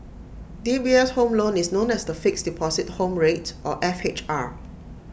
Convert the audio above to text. D B S home loan is known as the Fixed Deposit Home Rate or F H R